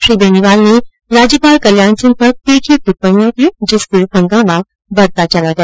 श्री बेनीवाल ने राज्यपाल कल्याण सिंह पर तीखी टिप्पणियां कीं जिससे हंगामा बढता चला गया